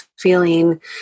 feeling